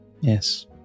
Yes